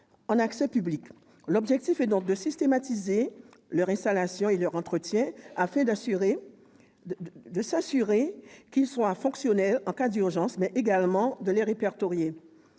en accès public. L'objectif est donc de systématiser leur installation et leur entretien, afin de nous assurer qu'ils soient fonctionnels en cas d'urgence, mais également de les répertorier.